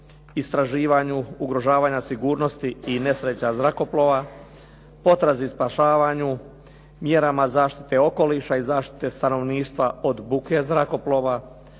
istraživanju ugrožavanja sigurnosti i nesreća zrakoplova, potrazi, spašavanju, mjerama zaštite okoliša i zaštite stanovništva od buke zrakoplova,